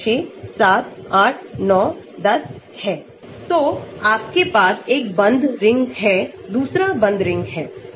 तो आपके पास एक बंद रिंग है दुसरा बंद रिंग है